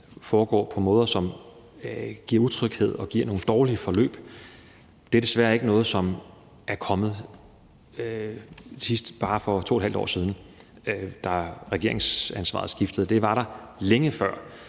foregår på måder, som giver utryghed og giver nogle dårlige forløb, er desværre ikke noget, som bare er kommet for 2½ år siden, da regeringsansvaret skiftede. Det var der længe før.